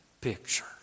picture